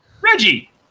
Reggie